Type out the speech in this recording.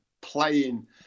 playing